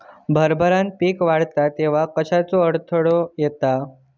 हरभरा पीक वाढता तेव्हा कश्याचो अडथलो येता?